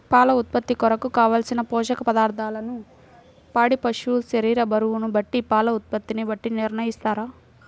పాల ఉత్పత్తి కొరకు, కావలసిన పోషక పదార్ధములను పాడి పశువు శరీర బరువును బట్టి పాల ఉత్పత్తిని బట్టి నిర్ణయిస్తారా?